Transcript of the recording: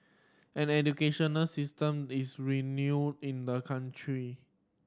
an educational system is renowned in the country